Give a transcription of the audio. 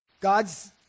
God's